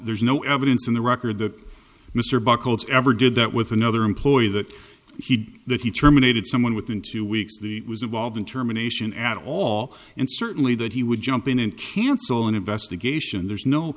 there's no evidence in the record that mr buckles ever did that with another employee that he that he terminated someone within two weeks of the was involved in terminations at all and certainly that he would jump in and cancel an investigation there's no